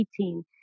18